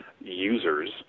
users